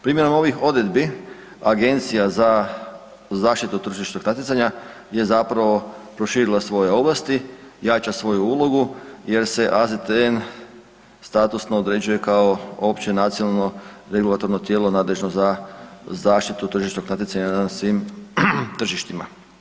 Primjenom ovih odredbi Agencija za zaštitu tržišnog natjecanja je zapravo proširila svoje ovlasti, jača svoju ulogu jer se AZTN statusno određuje kao opće nacionalnog regulatorno tijelo nadležno za zaštitu tržišnog natjecanja na svim tržištima.